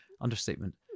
Understatement